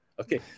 Okay